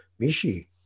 Mishi